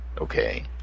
Okay